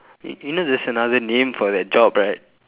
you you know there's another name for that job right